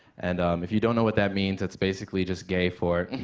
and if you don't know what that means, it's basically just gay for.